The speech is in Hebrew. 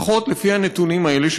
לפחות לפי הנתונים האלה,